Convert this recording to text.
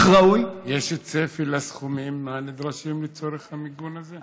יש צפי לסכומים הנדרשים לצורך המיגון הזה?